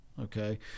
Okay